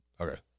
Okay